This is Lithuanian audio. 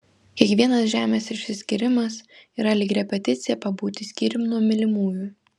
kiekvienas žemės išsiskyrimas yra lyg repeticija pabūti skyrium nuo mylimųjų